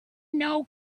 know